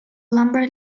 lumber